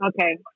Okay